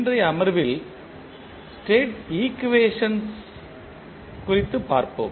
இன்றைய அமர்வில் state equations ஐயும் பார்ப்போம்